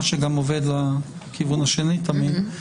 מה שגם עובד לכיוון השני תמיד,